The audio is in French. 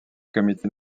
comité